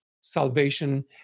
salvation